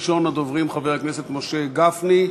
ראשון הדוברים, חבר הכנסת משה גפני,